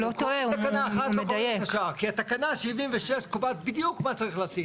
התקנה ה-76 קובעת בדיוק מה צריך לשים.